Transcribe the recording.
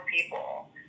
people